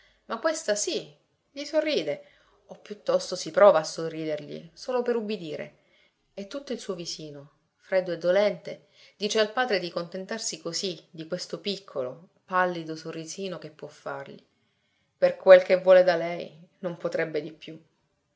ma questa sì gli sorride o piuttosto si prova a sorridergli solo per ubbidire e tutto il suo visino freddo e dolente dice al padre di contentarsi così di questo piccolo pallido sorrisino che può fargli per quel che vuole da lei non potrebbe di più